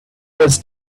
was